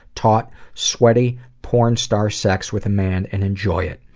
taut, sweaty, porn star sex with a man and enjoy it.